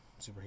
superhero